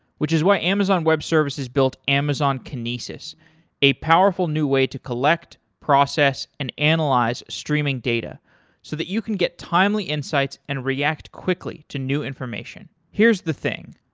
which is why amazon web services built amazon kinesis a powerful new way to collect, process and analyze streaming data so that you can get timely insights and react react quickly to new information. here is the thing,